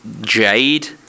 jade